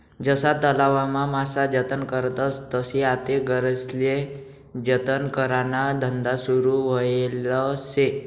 जशा तलावमा मासा जतन करतस तशी आते मगरीस्ले जतन कराना धंदा सुरू व्हयेल शे